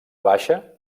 baixa